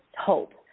hope